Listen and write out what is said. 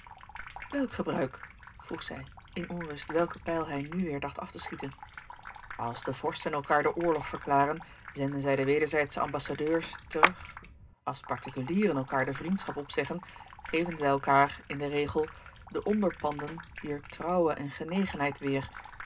welk gebruik vroeg zij in onrust welken pijl hij nu weêr dacht af te schieten als de vorsten elkaâr den oorlog verklaren zenden zij de wederzijdsche ambassadeurs terug als particulieren elkaâr de vriendschap opzeggen geven zij elkaâr in den regel de a l g bosboom-toussaint de delftsche wonderdokter eel onderpanden dier trouwe en genegenheid weêr